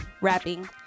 rapping